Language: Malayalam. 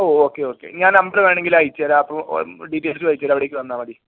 ഓ ഓക്കെ ഓക്കെ ഞാൻ നമ്പർ വേണമെങ്കിൽ അയച്ച് തരാം അപ്പം ഡീറ്റെയിൽസ് അയച്ച് അവിടേക്ക് വന്നാൽ മതി